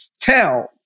tell